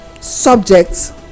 subjects